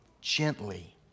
gently